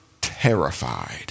terrified